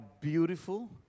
beautiful